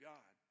God